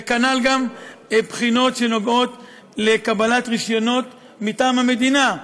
וכנ"ל גם בחינות לקבלת רישיונות מטעם המדינה,